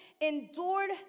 endured